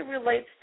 relates